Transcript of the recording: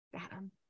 Adam